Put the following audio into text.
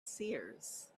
seers